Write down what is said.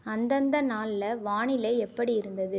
அந்தந்த நாளில் வானிலை எப்படி இருந்தது